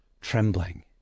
trembling